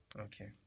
Okay